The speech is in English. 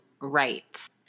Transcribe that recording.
rights